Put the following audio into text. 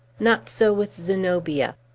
not so with zenobia.